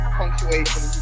punctuation